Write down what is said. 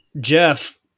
Jeff